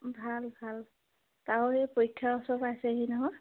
ভাল ভাল তাৰো এই পৰীক্ষাৰ ওচৰ পাইছেহি নহয়